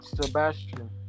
sebastian